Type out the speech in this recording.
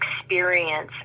experience